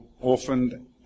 orphaned